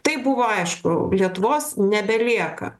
tai buvo aišku lietuvos nebelieka